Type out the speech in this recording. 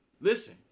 listen